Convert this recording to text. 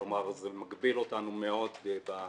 כלומר, זה מגביל אותנו מאוד בחיפוש.